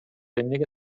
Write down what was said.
эмнеге